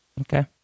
Okay